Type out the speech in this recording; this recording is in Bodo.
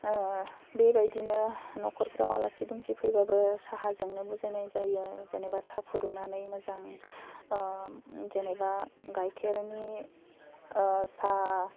बेबायदिनो नखरफ्राव आलासि दुमसि फैबाबो साहाजोंनो बुजायनाय जायो जेनेबा साहा फुदुंनानै मोजां जेनेबा गाइखेरनि साहा